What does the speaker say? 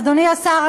אדוני השר,